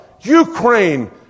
Ukraine